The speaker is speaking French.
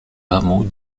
hameaux